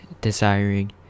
desiring